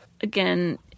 Again